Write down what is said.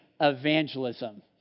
evangelism